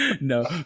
No